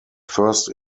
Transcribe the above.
first